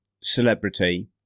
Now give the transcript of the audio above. celebrity